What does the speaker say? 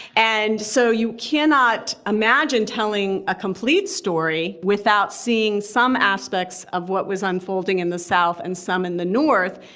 and so you cannot imagine telling a complete story without seeing some aspects of what was unfolding in the south and some in the north.